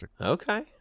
Okay